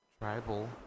tribal